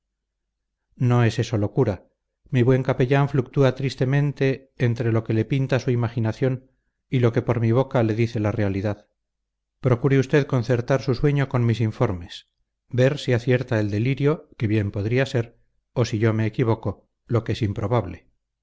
no es eso locura mi buen capellán fluctúa tristemente entre lo que le pinta su imaginación y lo que por mi boca le dice la realidad procure usted concertar su sueño con mis informes ver si acierta el delirio que bien podría ser o si yo me equivoco lo que no es improbable